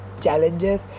challenges